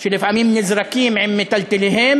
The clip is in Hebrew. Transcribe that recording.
לא כי הוא ביטל לו את החוק,